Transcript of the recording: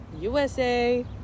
USA